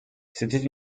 c’était